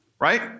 right